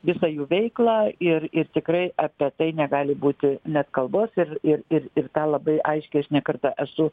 visą jų veiklą ir ir tikrai apie tai negali būti net kalbos ir ir ir ir labai aiškiai aš ne kartą esu